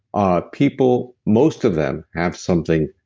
ah people, most of them have something